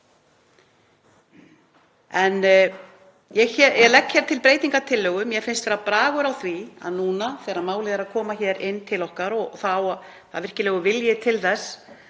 Ég legg hér til breytingartillögu. Mér finnst vera bragur á því að nú þegar málið er að koma hér inn til okkar og það er virkilegur vilji til þess